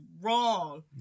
wrong